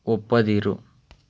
ಒಪ್ಪದಿರು